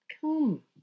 come